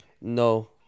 No